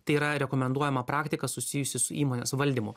tai yra rekomenduojama praktika susijusi su įmonės valdymu